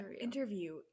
interview